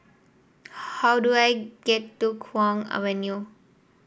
how do I get to Kwong Avenue